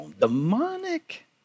Demonic